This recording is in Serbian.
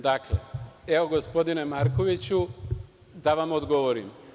Dakle, evo gospodine Markoviću, da vam odgovorim.